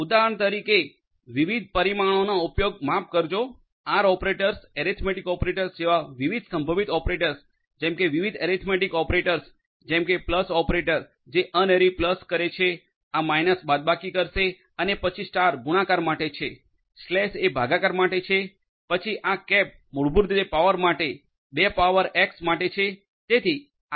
ઉદાહરણ તરીકે વિવિધ પરિમાણોનો ઉપયોગ માફ કરજો આર ઓપરેટર્સ ઍરિથ્મેટિક ઓપરેટર્સ જેવા વિવિધ સંભવિત ઓપરેટર્સ જેમ કે વિવિધ ઍરિથ્મેટિક ઓપરેટર્સ જેમ કે પ્લસ ઓપરેટર જે અનરી પ્લસ કરે છે આ માઇનસ બાદબાકી કરશે અને પછી સ્ટાર ગુણાકાર માટે છે સ્લેશ એ ભાગાકાર માટે છે પછી આ કેપ મૂળભૂત રીતે પાવર માટે બે પાવર એક્ષ માટે છે